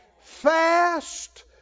fast